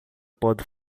pode